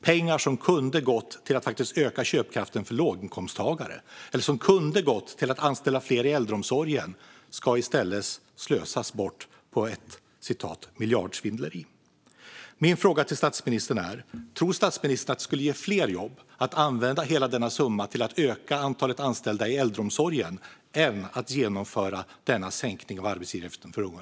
Pengar som kunde ha gått till att faktiskt öka köpkraften för låginkomsttagare eller som kunde ha gått till att anställa fler i äldreomsorgen ska i stället slösas bort på ett "miljardsvindleri". Min fråga till statsministern är: Tror statsministern att det skulle ge fler jobb att använda hela denna summa till att öka antalet anställda i äldreomsorgen än att genomföra denna sänkning av arbetsgivaravgiften för unga?